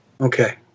Okay